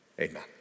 Amen